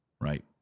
right